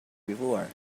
before